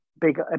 Big